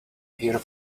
here